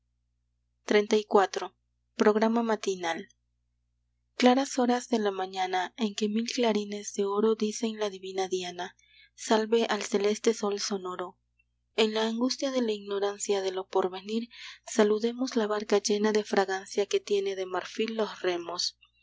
xxxiv programa matinal claras horas de la mañana en que mil clarines de oro dicen la divina diana salve al celeste sol sonoro en la angustia de la ignorancia de lo porvenir saludemos la barca llena de fragancia que tiene de marfil los remos